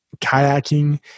kayaking